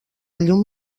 llum